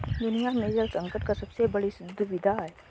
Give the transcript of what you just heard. दुनिया में जल संकट का सबसे बड़ी दुविधा है